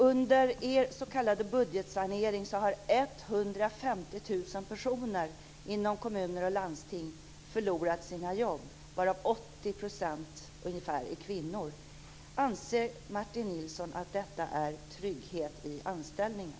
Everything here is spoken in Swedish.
Under er s.k. budgetsanering har 150 000 personer inom kommuner och landsting förlorat sina jobb, varav ca 80 % är kvinnor. Anser Martin Nilsson att detta är trygghet i anställningen?